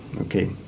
okay